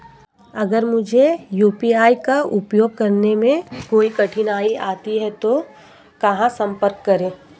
अगर मुझे यू.पी.आई का उपयोग करने में कोई कठिनाई आती है तो कहां संपर्क करें?